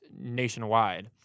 nationwide